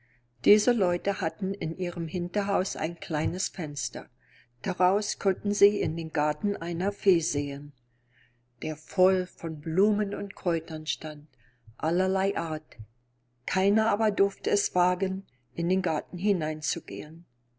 diese leute hatten in ihrem hinterhaus ein kleines fenster daraus konnten sie in den garten einer fee sehen der voll von blumen und kräutern stand allerlei art keiner aber durfte es wagen in den garten hineinzugehen